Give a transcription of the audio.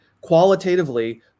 qualitatively